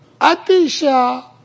Atisha